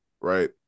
right